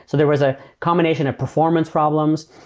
so there was a combination of performance problems,